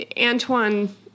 Antoine